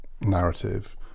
narrative